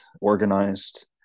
organized